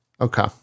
Okay